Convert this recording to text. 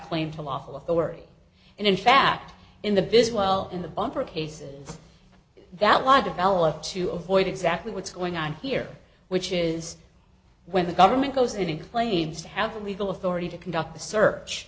claim to lawful authority and in fact in the biz well in the bumper cases that law developed to avoid exactly what's going on here which is when the government goes in and claims to have legal authority to conduct the search